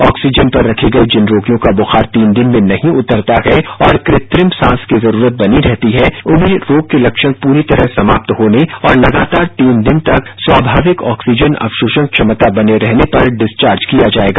oxygen पर रखे गए जिन रोगियों का बुखार तीन दिन में नहीं उतरता है और कृत्रिम सांस की जरूरत बनी रहती है उन्हें रोग के लक्षण पूरी तरह समाप्त होने और लगातार तीन दिन तक स्वामाविक ऑक्सीजन अवशोषण क्षमता बने रहने पर डिस्चार्ज किया जाएगा